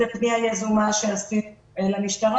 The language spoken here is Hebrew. זו פנייה יזומה שעשינו למשטרה,